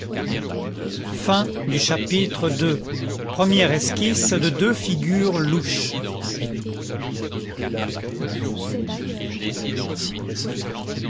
chapitre ii première esquisse de deux figures louches